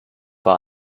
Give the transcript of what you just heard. war